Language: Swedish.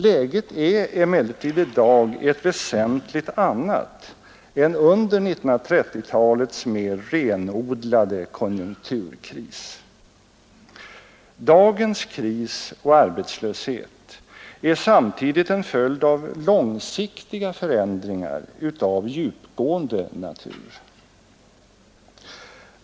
Läget är emellertid i dag ett väsentligt annat än under 1930-talets mer renodlade konjunkturkris. Dagens kris och arbetslöshet är samtidigt en följd av långsiktiga förändringar av djupgående natur.